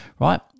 right